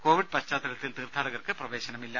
Covid പശ്ചാത്തലത്തിൽ തീർഥാടകർക്ക് പ്രവേശനമില്ല